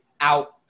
out